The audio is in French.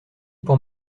pour